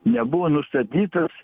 nebuvo nustatytas